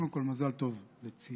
קודם כול, מזל טוב לציונה.